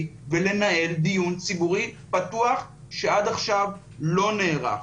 ולנהל דיון ציבורי פתוח שעד עכשיו לא נערך.